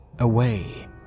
away